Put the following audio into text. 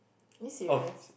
are you serious